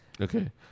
Okay